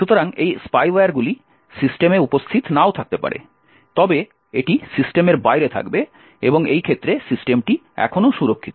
সুতরাং এই স্পাইওয়্যারগুলি সিস্টেমে উপস্থিত নাও থাকতে পারে তবে এটি সিস্টেমের বাইরে থাকবে এবং এই ক্ষেত্রে সিস্টেমটি এখনও সুরক্ষিত